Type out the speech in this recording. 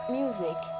music